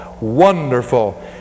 Wonderful